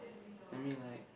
I mean like